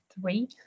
three